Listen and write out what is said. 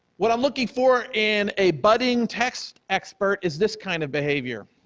what i'm looking for in a budding text expert is this kind of behavior.